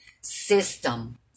system